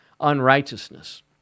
unrighteousness